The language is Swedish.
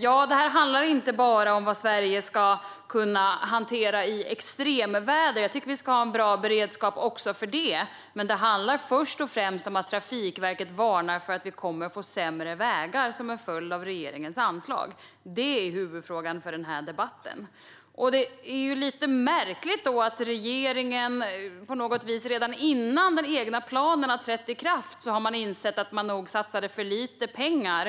Detta handlar inte bara om vad Sverige ska kunna hantera i extremväder. Jag tycker att vi ska ha en bra beredskap också för det, men det handlar först och främst om att Trafikverket varnar för att vi kommer att få sämre vägar som en följd av regeringens anslag. Det är huvudfrågan för denna debatt. Det är lite märkligt att regeringen på något vis redan innan den egna planen har trätt i kraft inser att man nog satsade för lite pengar.